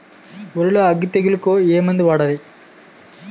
వరిలో అగ్గి తెగులకి ఏ మందు వాడాలి?